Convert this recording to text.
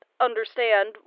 understand